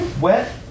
Wet